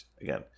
again